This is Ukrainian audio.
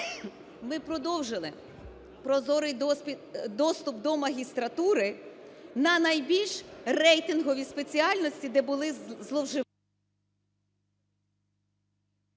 ми продовжили прозорий доступ до магістратури на найбільш рейтингові спеціальності, де були…